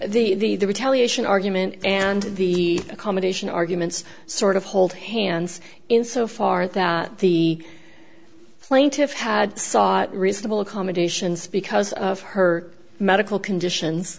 the retaliation argument and the accommodation arguments sort of hold hands in so far that the plaintiffs had sought reasonable accommodations because of her medical conditions